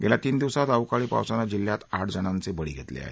गेल्या तीन दिवसांत अवकाळी पावसानं जिल्ह्यात आठ जणांचे बळी घेतले आहेत